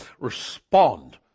respond